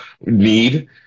need